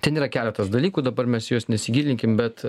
ten yra keletas dalykų dabar mes į juos nesigilinkim bet